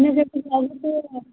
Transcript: नहीं जैसे कि